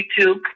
YouTube